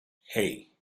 hey